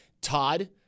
Todd